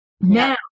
Now